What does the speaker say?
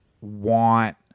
want